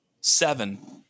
seven